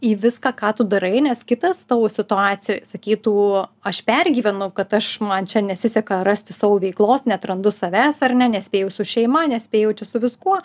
į viską ką tu darai nes kitas tavo situacijoj sakytų aš pergyvenu kad aš man čia nesiseka rasti savo veiklos neatrandu savęs ar ne nespėju su šeima nespėju čia su viskuo